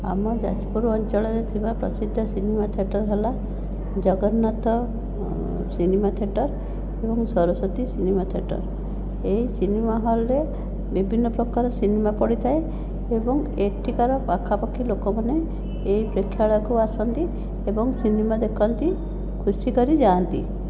ଆମ ଯାଜପୁର ଅଞ୍ଚଳରେ ଥିବା ପ୍ରସିଦ୍ଧ ସିନେମା ଥିଏଟର ହେଲା ଜଗନ୍ନାଥ ସିନେମା ଥିଏଟର ଏବଂ ସରସ୍ଵତୀ ସିନେମା ଥିଏଟର ଏହି ସିନେମା ହଲ୍ରେ ବିଭିନ୍ନ ପ୍ରକାର ସିନେମା ପଡ଼ିଥାଏ ଏବଂ ଏଠିକାର ପାଖାପାଖି ଲୋକମାନେ ଏହି ପ୍ରେକ୍ଷାଳୟକୁ ଆସନ୍ତି ଏବଂ ସିନେମା ଦେଖନ୍ତି ଖୁସି କରି ଯାଆନ୍ତି